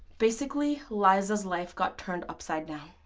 basically lizas life got turned upside down.